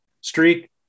streak